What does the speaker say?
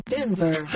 Denver